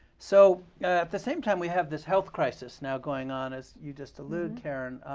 so at the same time, we have this health crisis now going on, as you just alluded, karen.